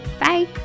Bye